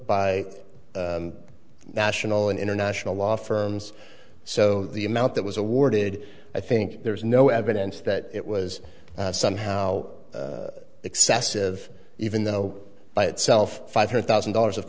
by national and international law firms so the amount that was awarded i think there is no evidence that it was somehow excessive even though by itself five hundred thousand dollars of